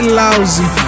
lousy